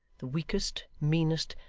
the weakest, meanest,